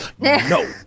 no